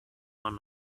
man